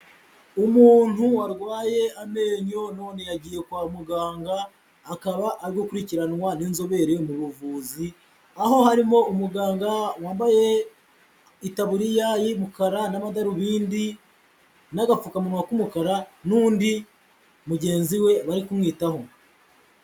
Umuntu warwaye amenyo none yagiye kwa muganga akaba ari gukurikiranwa n'inzobere mu buvuzi, aho harimo umuganga wambaye itaburiya y'umukara n'amadarubindi n'agapfukamunwa k'umukara n'undi mugenzi we bari kumwitaho.